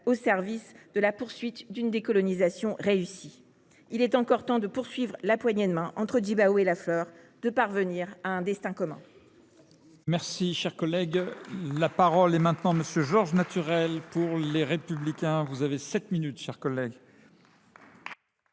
au service de la poursuite d’une décolonisation réussie. Il est encore temps de prolonger la poignée de main entre Tjibaou et Lafleur et de parvenir à un destin commun.